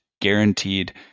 guaranteed